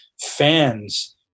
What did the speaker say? fans